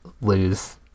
lose